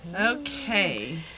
Okay